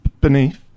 beneath